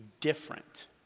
different